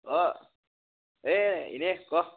অঁ এই ইনেই ক